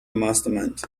mastermind